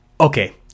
Okay